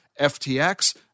FTX